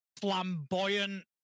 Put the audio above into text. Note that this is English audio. flamboyant